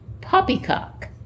poppycock